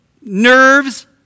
nerves